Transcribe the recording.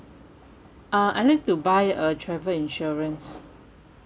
uh I'd like to buy a travel insurance